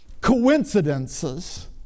coincidences